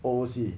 O_O_C